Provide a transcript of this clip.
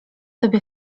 sobie